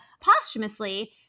Posthumously